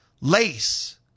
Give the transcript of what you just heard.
Lace